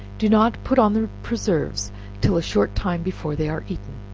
do not put on the preserves till a short time before they are eaten.